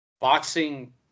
Boxing